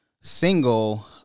single